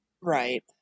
Right